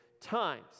times